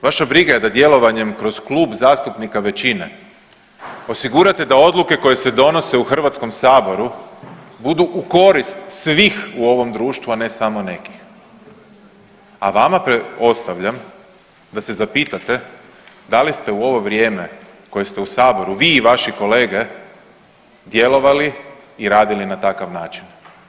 Vaša briga je da djelovanjem kroz klub zastupnika većine osigurate da odluke koje se donose u HS-u budu u korist svih u ovom društvu, a ne samo nekih, a vama ostavljam da se zapitate da li ste u ovo vrijeme koje ste u Saboru vi i vaši kolege djelovali i radili na takav način.